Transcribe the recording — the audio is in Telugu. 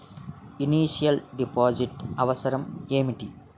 ఇనిషియల్ డిపాజిట్ అవసరం ఏమిటి?